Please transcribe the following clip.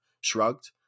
shrugged